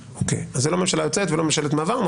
זאת לא ממשלה יוצאת ולא ממשלת מעבר.